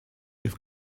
with